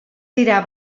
dira